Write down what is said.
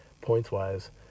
points-wise